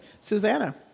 Susanna